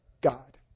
God